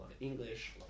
English